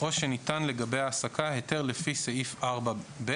או שניתן לגבי ההעסקה היתר לפי סעיף 4(ב),